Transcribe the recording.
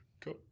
Cool